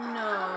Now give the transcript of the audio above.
no